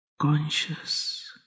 conscious